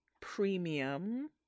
premium